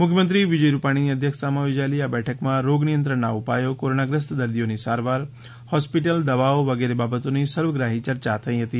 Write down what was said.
મુખ્યમંત્રી વિજય રૂપાણીની અધ્યક્ષતામાં યોજાયેલી આ બેઠકમાં રોગ નિયંત્રણના ઉપાયો કોરોનાગ્રસ્ત દર્દીઓની સારવાર હોસ્પિટલ દવાઓ વગેરે બાબતોની સર્વગ્રાહી ચર્ચા થઈ હતી